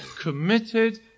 committed